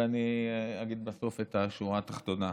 ואני אגיד בסוף את השורה התחתונה.